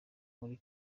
muri